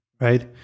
Right